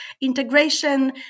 integration